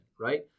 right